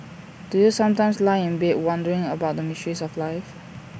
do you sometimes lie in bed wondering about the mysteries of life